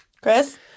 Chris